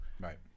Right